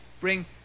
bring